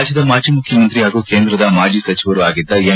ರಾಜ್ಯದ ಮಾಜಿ ಮುಖ್ಯಮಂತ್ರಿ ಹಾಗೂ ಕೇಂದ್ರದ ಮಾಜಿ ಸಚಿವರೂ ಆಗಿದ್ದ ಎಂ